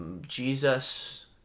Jesus